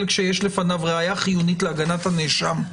כשיש לפניו ראיה חיונית להגנת הנאשם.